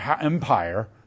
empire